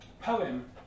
poem